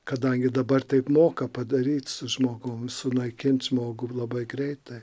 kadangi dabar taip moka padaryt su žmogum sunaikint žmogų labai greitai